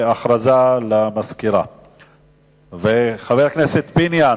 הכרזה למזכירות הכנסת.